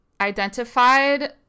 identified